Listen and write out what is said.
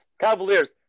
Cavaliers